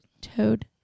toad